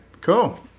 cool